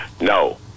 No